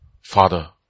Father